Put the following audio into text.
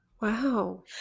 Wow